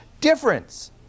difference